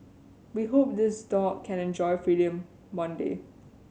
we hope this dog can enjoy free one day